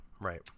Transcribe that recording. right